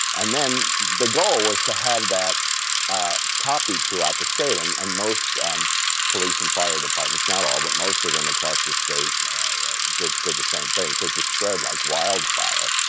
and then the goal was to have that copied throughout the state and and most police and fire departments, not all but most of them across the state did did the same thing. it so just spread like wildfire,